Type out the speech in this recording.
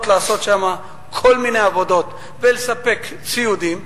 לעשות שם כל מיני עבודות ולספק ציודים,